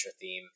theme